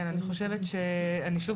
מיכל שיר סגמן (יו"ר הוועדה המיוחדת לזכויות הילד): אני שוב